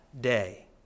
day